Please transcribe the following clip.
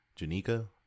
janika